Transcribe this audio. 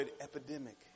epidemic